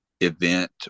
event